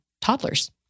toddlers